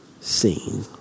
seen